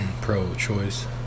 pro-choice